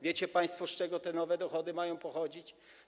Wiecie państwo, z czego te nowe dochody mają pochodzić?